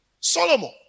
Solomon